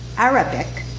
arabic,